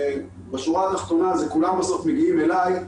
בשורה התחתונה כולם בסוף מגיעים אלי.